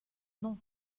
nom